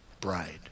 bride